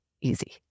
easy